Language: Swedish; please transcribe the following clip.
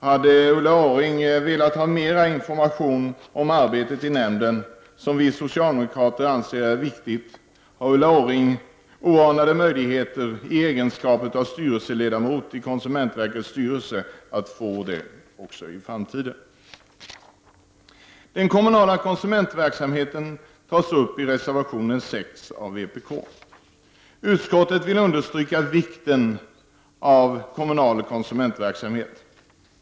Vill Ulla Orring ha mer information om arbetet i nämnden, som vi socialdemokrater anser vara viktigt, har Ulla Orring i egenskap av ledamot av konsumentverkets styrelse oanade möjligheter att få det också i framtiden. Den kommunala konsumentverksamheten tas upp i reservation 6 av vpk. Utskottet vill understryka vikten av kommunal konsumentverksamhet.